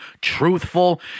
truthful